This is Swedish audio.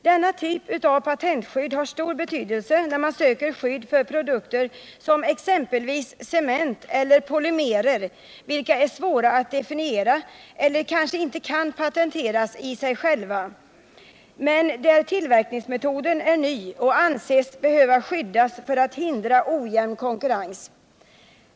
Denna typ av patentskydd har stor betydelse när man söker skydd för produkter såsom exempelvis cement eller polymerer, vilka är svåra att definiera eller kanske inte kan patenteras i sig själva, men där tillverkningsmetoden är ny och anses behöva skyddas för att man skall kunna hindra ojämn konkurrens.